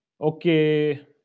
Okay